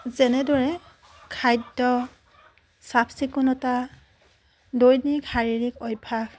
যেনেদৰে খাদ্য চাফ চিকুণতা দৈনিক শাৰিৰীক অভ্যাস